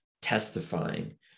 testifying